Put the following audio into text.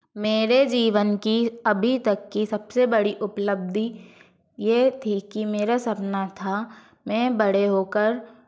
मेरे जीवन की अभी तक की सबसे बड़ी उपलब्धि ये थी कि मेरा सपना था मैं बड़े होकर